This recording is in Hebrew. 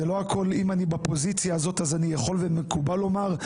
זה לא הכול אם אני בפוזיציה הזאת אז אני יכול ומקובל לומר,